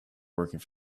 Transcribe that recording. working